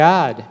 God